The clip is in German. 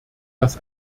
dass